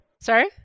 Sorry